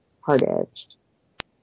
hard-edged